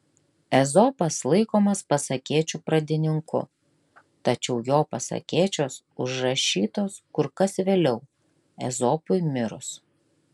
ezopas laikomas pasakėčių pradininku tačiau jo pasakėčios užrašytos kur kas vėliau ezopui mirus